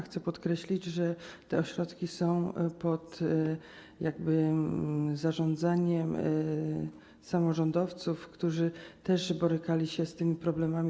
Chcę podkreślić, że te ośrodki są pod zarządem samorządowców, którzy też borykali się z tymi problemami.